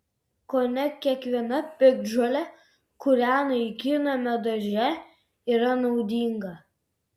kone kiekviena piktžolė kurią naikiname darže yra naudinga